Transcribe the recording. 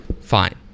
Fine